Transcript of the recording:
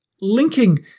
linking